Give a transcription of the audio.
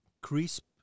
crisp